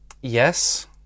Yes